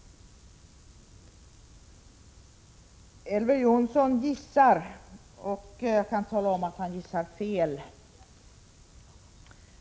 Elver Jonsson gissar — och jag kan tala om att han gissar fel.